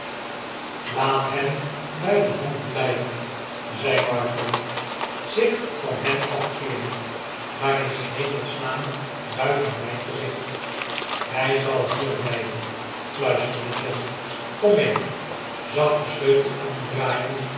laat hem bij de hand blijven zei martin zich van hem afkeerend maar in s hemels naam buiten mijn gezicht hij zal hier blijven fluisterde john kom mee zacht den sleutel omdraaiend